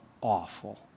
awful